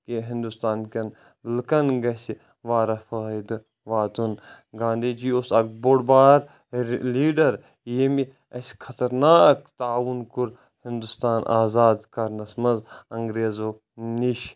کہِ ہِنٛدُستان کٮ۪ن لُکَن گژھہِ واریاہ فٲیِدٕ واتُن گانٛدھی جی اوس اَکھ بوٚڈ بار لیٖڈَر ییٚمہِ اسہِ خَطرناک تعاوُن کوٚر ہِنٛدُستان آزاد کَرنَس منٛز انٛگریزٕو نِش